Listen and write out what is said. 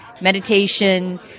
meditation